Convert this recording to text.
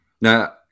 Now